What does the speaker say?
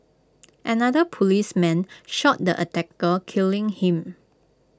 another policeman shot the attacker killing him